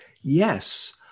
Yes